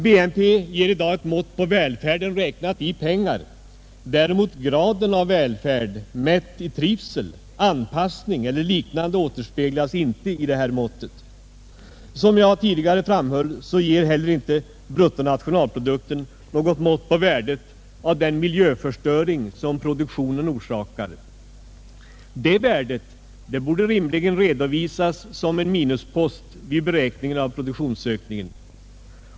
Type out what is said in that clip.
BNP ger i dag ett mått på välfärden räknad i pengar. Graden av välfärd mätt i trivsel, anpassning eller liknande återspeglas däremot inte i detta mått. Som jag tidigare framhöll ger inte heller bruttonationalprodukten något mått på värdet av den miljöförstöring som produktionen orsakar. Detta värde borde rimligen redovisas som en minuspost vid beräkningen av produktionsökningen.